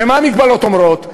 ומה המגבלות אומרות?